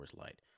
Light